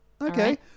Okay